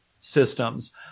systems